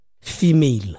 female